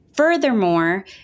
Furthermore